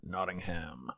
Nottingham